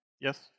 Yes